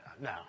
no